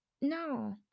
No